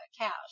cash